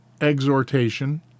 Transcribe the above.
exhortation